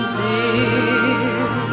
dear